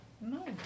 No